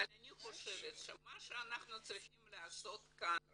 אבל מה שאני חושבת שאנחנו צריכים לעשות כאן רבותי,